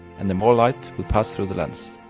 and the more light will pass through the lens.